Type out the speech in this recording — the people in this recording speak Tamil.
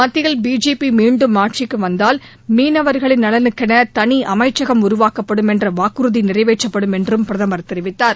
மத்தியில் பிஜேபி மீண்டும் ஆட்சிக்கு வந்தால் மீனவர்களின் நலனுக்கென தனி அமைச்சகம் உருவாக்கப்படும் என்ற வாக்குறுதி நிறைவேற்றப்படும் என்றும் பிரதமர் தெரிவித்தார்